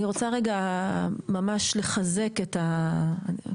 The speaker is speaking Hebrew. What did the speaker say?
אני רוצה ממש לחזק את הדברים שנאמרו.